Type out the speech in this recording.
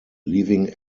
leaving